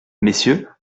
messieurs